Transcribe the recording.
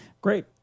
great